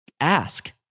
ask